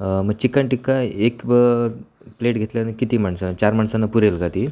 म चिकन टिक्का एक व प्लेट घेतल्याने किती माणसांना चार माणसांना पुरेल का ती